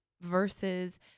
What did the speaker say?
versus